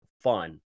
fun